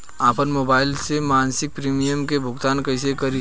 आपन मोबाइल से मसिक प्रिमियम के भुगतान कइसे करि?